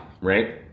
right